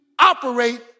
Operate